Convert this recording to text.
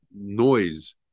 noise